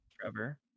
Trevor